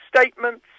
statements